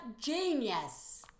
genius